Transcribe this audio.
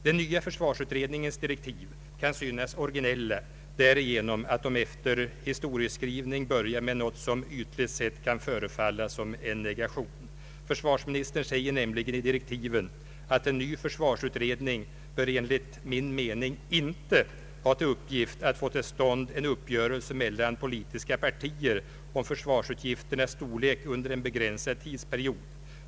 Den nya försvarsutredningens direktiv kan synas originella därigenom att de efter en historieskrivning börjar med något som ytligt sett kan förefalla vara en negation. Försvarsministern säger nämligen i direktiven: ”En ny försvarsutredning bör enligt min mening inte ha till uppgift att få till stånd en uppgörelse mellan politiska partier om försvarsutgifternas storlek under en begränsad tidsperiod.